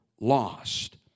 lost